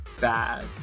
bad